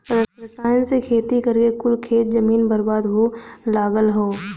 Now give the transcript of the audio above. रसायन से खेती करके कुल खेत जमीन बर्बाद हो लगल हौ